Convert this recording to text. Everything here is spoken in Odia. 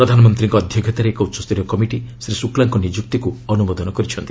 ପ୍ରଧାନମନ୍ତ୍ରୀଙ୍କ ଅଧ୍ୟକ୍ଷତାରେ ଏକ ଉଚ୍ଚସ୍ତରୀୟ କମିଟି ଶ୍ରୀ ଶୁକ୍ଲାଙ୍କ ନିଯୁକ୍ତିକୁ ଅନୁମୋଦନ କରିଛନ୍ତି